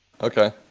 okay